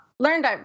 learned